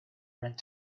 rent